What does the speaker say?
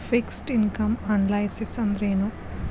Fixed income analysis ಅಂದ್ರೆನು?